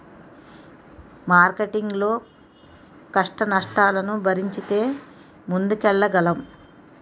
marketing లో కష్టనష్టాలను భరించితే ముందుకెళ్లగలం